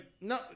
No